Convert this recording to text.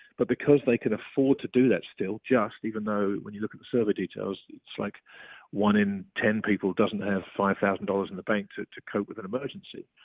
but because they can afford to do that still, just, even when you look at the server details, it's like one in ten people doesn't have five thousand dollars in the bank to to cope with an emergency.